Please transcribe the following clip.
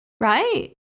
right